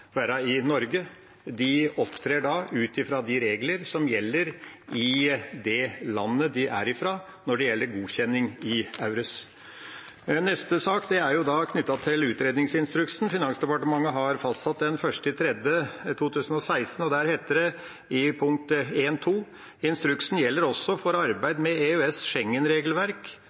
ut fra de regler som gjelder i det landet de er fra, når det gjelder godkjenning i EURES. Neste sak er da knyttet til utredningsinstruksen Finansdepartementet har fastsatt den 1. mars 2016, og der heter det i punkt 1-2: «Instruksen gjelder også for arbeid med EØS-